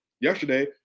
yesterday